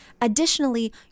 Additionally